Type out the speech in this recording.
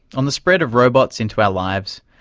on the spread of robots into our lives,